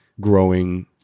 growing